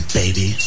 baby